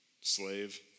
slave